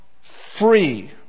free